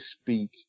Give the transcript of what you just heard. speak